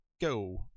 Go